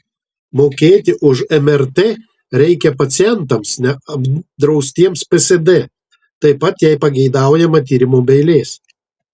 mokėti už mrt reikia pacientams neapdraustiems psd taip pat jei pageidaujama tyrimo be eilės